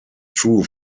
true